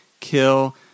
kill